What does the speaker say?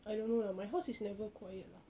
I don't know lah my house is never quiet lah